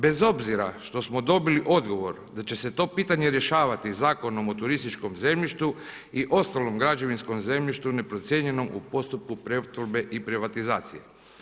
Bez obzira što smo dobili odgovor da će se to pitanje rješavati Zakonom o turističkom zemljištu i ostalom građevinskom zemljištu neprocijenjenom u postupku pretvorbe i privatizacije.